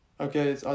Okay